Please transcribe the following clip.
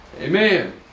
Amen